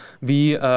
wie